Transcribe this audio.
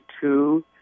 two